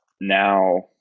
now